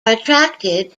attracted